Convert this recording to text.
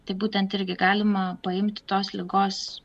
tai būtent irgi galima paimti tos ligos